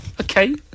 Okay